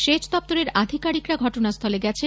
সেচ দপ্তরের আধিকারিকরা ঘটনাস্থলে গিয়েছেন